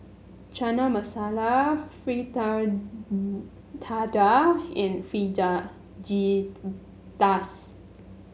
Chana Masala and